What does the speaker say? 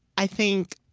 i think,